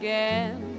Again